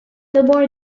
more